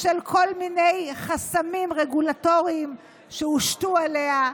בשל כל מיני חסמים רגולטוריים שהושתו עליה.